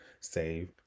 save